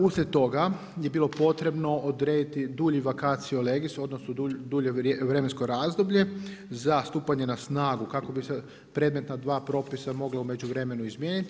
Uslijed toga je bilo potrebno odrediti dulji vacatio legis, odnosno dulje vremensko razdoblje za stupanje na snagu kako bi se predmetna dva propisa moglo u međuvremenu izmijeniti.